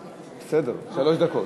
בסדר, שלוש דקות.